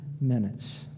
minutes